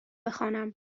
بخوانم